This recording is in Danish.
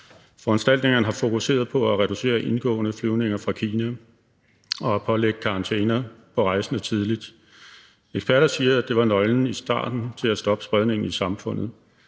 Foranstaltningerne har fokuseret på at reducere indgående flyvninger fra Kina og pålægge rejsende karantæne tidligt. Eksperter siger, at det var nøglen i starten til at stoppe spredningen i samfundet.